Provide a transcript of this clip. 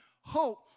hope